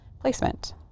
placement